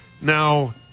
Now